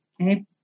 Okay